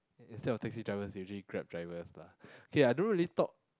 instead of taxi drivers usually Grab drivers lah K I don't really talk